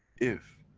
if,